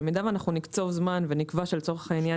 שבמידה ואנחנו נקצוב זמן ונקבע שלצורך העניין